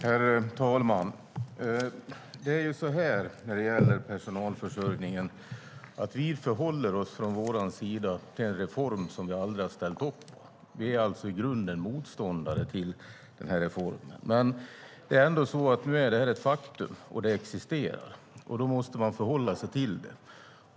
Herr talman! När det gäller personalförsörjningen förhåller vi oss från vår sida till en reform som vi aldrig har ställt upp på. Vi är alltså i grunden motståndare till denna reform. Men nu är detta ett faktum, och det existerar. Då måste man förhålla sig till det.